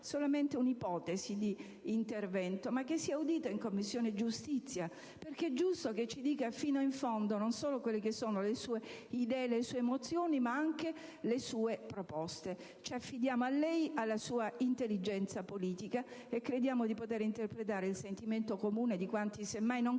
solamente un'ipotesi di intervento - in Commissione giustizia perché è giusto che esprima fino in fondo non solo le sue idee e le sue emozioni, ma anche le sue proposte. Ci affidiamo a lei e alla sua intelligenza politica, e crediamo di poter interpretare il sentimento comune di quanti semmai non